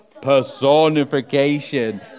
Personification